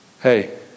Hey